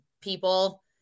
people